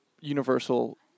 universal